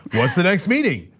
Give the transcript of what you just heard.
what is the next meeting?